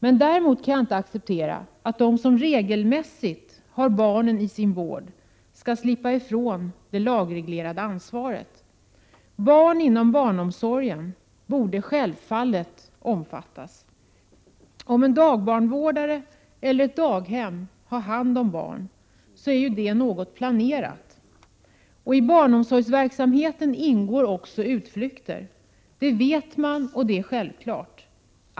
Men däremot kan jag inte acceptera att de som regelmässigt — Prot. 1987/88:45 har barnen i sin vård skall slippa ifrån det lagreglerade ansvaret. Barn inom = 15 december 1987 barnomsorgen borde självfallet omfattas av detta. Om en dagbarnvårdare eller ett daghem har hand om barn, så är ju det något som är planerat. Och i barnomsorgsverksamheten ingår också utflykter. Det vet man, och det är självklart.